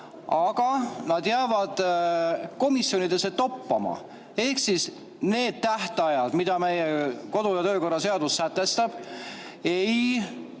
aga need jäävad komisjonidesse toppama. Need tähtajad, mida meie kodu‑ ja töökorra seadus sätestab, ei